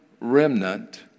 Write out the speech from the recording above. remnant